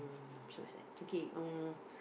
so sad okay um